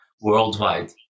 worldwide